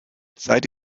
seid